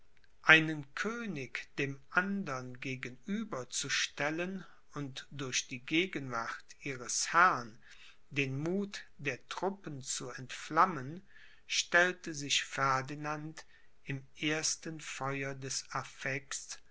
einen könig dem andern gegenüber zu stellen und durch die gegenwart ihres herrn den muth der truppen zu entflammen stellte sich ferdinand im ersten feuer des